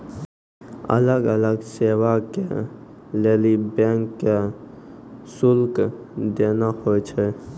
अलग अलग सेवा के लेली बैंक के शुल्क देना होय छै